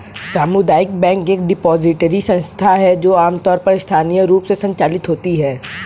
सामुदायिक बैंक एक डिपॉजिटरी संस्था है जो आमतौर पर स्थानीय रूप से संचालित होती है